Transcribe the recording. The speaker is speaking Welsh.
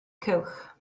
cylch